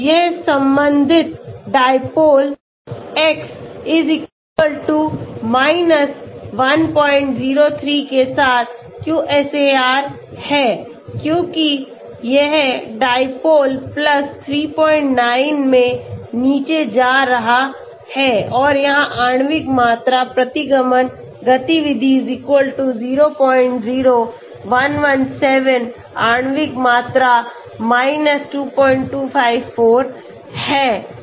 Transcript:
तो यह संबंधित dipole x 103 के साथ QSAR है क्योंकि यह diople 39 में नीचे जा रहा है और यहां आणविक मात्रा प्रतिगमन गतिविधि 00117 आणविक मात्रा 2254 है